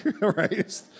right